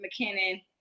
mckinnon